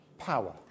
Power